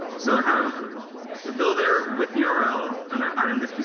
so, i have the build ah with the url and adding this.